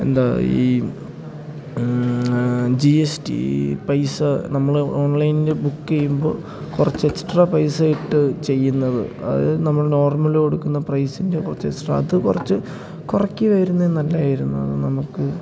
എന്താ ഈ G S T പൈസ നമ്മൾ ഓൺലൈനിൽ ബുക്ക് ചെയ്യുമ്പോൾ കുറച്ച് എക്സ്ട്രാ പൈസ ഇട്ട് ചെയ്യുന്നത് അതായത് നമ്മൾ നോർമലി കൊടുക്കുന്ന പ്രൈസിൻ്റെ കുറച്ച് എക്സ്ട്രാ അത് കുറച്ച് കുറക്കുമായിരുന്നത് നല്ലതായിരുന്നു നമുക്ക്